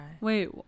Wait